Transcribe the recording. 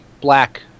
black